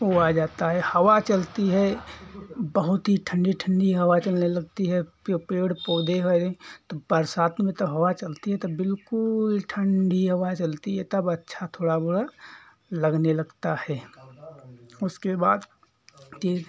वो आ जाता है हवा चलती है बहुत ही ठंडी ठंडी हवा चलने लगती है पेड़ पौधे हैं तो बरसात में तो हवा चलती है तब बिल्कुल ठंढी हवा चलती है तब अच्छा थोड़ा वोड़ा लगने लगता है उसके बाद फिर